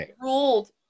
ruled